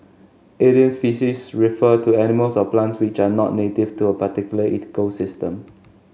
alien species refer to animals or plants which are not native to a particular ecosystem